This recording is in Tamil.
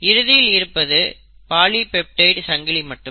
இறுதியில் இருப்பது பாலிபெப்டைடு சங்கிலி மட்டுமே